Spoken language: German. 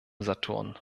saturn